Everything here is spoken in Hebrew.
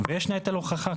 ויש נטל הוכחה.